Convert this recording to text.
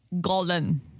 golden